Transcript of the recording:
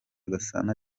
gasana